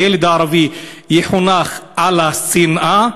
הילד הערבי יחונך על השנאה,